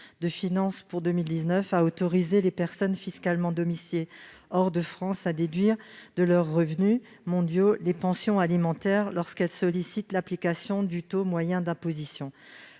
de finances pour 2019 a autorisé les personnes fiscalement domiciliées hors de France à déduire de leurs revenus mondiaux les pensions alimentaires lorsqu'elles sollicitent l'application du taux moyen d'imposition.